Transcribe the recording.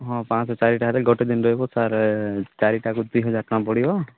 ହଁ ପାଞ୍ଚରୁ ଚାରିଟା ହେଲେ ଗୋଟେ ଦିନ ରହିବୁ ସାର୍ ଚାରିଟାକୁ ଦୁଇହଜାର ଟଙ୍କା ପଡ଼ିବ